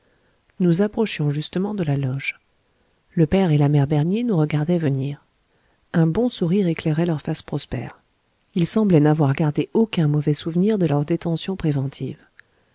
nous approchions justement de la loge le père et la mère bernier nous regardaient venir un bon sourire éclairait leur face prospère ils semblaient n'avoir gardé aucun mauvais souvenir de leur détention préventive